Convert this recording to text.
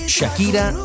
Shakira